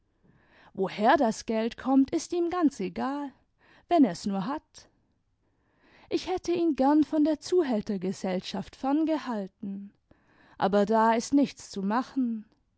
woher das geld kommt ist ihm ganz egal wenn er s nur hat ich hätte ihn gern von der zuhältergesellschaft femgehalten aber da ist nichts zu machen